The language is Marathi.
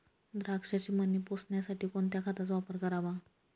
द्राक्षाचे मणी पोसण्यासाठी कोणत्या खताचा वापर करावा?